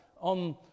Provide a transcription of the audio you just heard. on